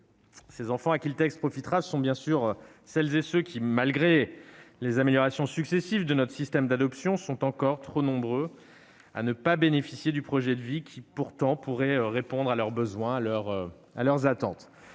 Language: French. Les enfants à qui le texte profitera sont, bien entendu, ceux qui, malgré les améliorations successives de notre système d'adoption, sont encore trop nombreux à ne pas bénéficier du projet de vie qui, pourtant, pourrait répondre à leurs besoins et à leurs attentes.